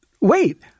Wait